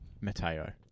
Matteo